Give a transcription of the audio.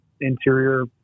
interior